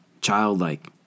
childlike